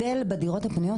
יש הבדל בדירות הפנויות.